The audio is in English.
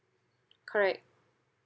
correct